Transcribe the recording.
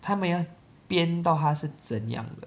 他们要编到他是怎样的